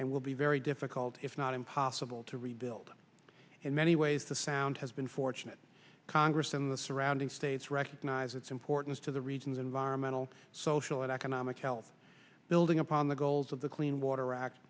and will be very difficult if not impossible to rebuild in many ways the sound has been fortunate congress and the surrounding states recognize its importance to the region's environmental social and economic help building upon the goals of the clean water